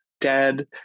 dead